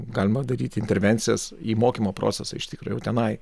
galima daryt intervencijas į mokymo procesą iš tikro jau tenai